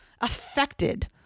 affected